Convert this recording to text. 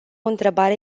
întrebare